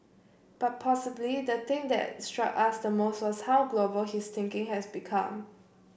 but possibly the thing that struck us the most was how global his thinking has become